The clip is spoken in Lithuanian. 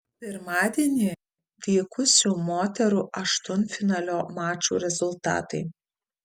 pirmadienį vykusių moterų aštuntfinalio mačų rezultatai